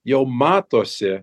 jau matosi